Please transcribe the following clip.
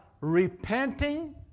repenting